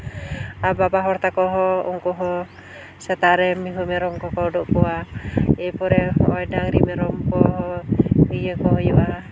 ᱟᱨ ᱵᱟᱵᱟ ᱦᱚᱲ ᱛᱟᱠᱚ ᱦᱚᱸ ᱩᱱᱠᱩ ᱦᱚᱸ ᱥᱮᱛᱟᱜ ᱨᱮ ᱢᱤᱦᱩ ᱢᱮᱨᱚᱢ ᱠᱚ ᱩᱰᱩᱠ ᱠᱚᱣᱟ ᱮᱨᱯᱚᱨᱮ ᱦᱚᱸᱜᱼᱚᱭ ᱰᱟᱹᱝᱨᱤ ᱢᱮᱨᱚᱢ ᱠᱚ ᱤᱭᱟᱹ ᱠᱚ ᱦᱩᱭᱩᱜᱼᱟ